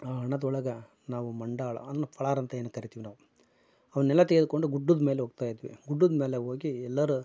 ಆ ಹಣದೊಳಗ ನಾವು ಮಂಡಾಳ ಅಂದ್ರ ಪಳಾರ್ ಅಂತ ಏನು ಕರಿತೀವಿ ನಾವು ಅವನ್ನೆಲ್ಲ ತೆಗೆದುಕೊಂಡು ಗುಡ್ಡುದ ಮೇಲೆ ಹೋಗ್ತಾಯಿದ್ವಿ ಗುಡ್ಡುದ ಮೇಲೆ ಹೋಗಿ ಎಲ್ಲರೂ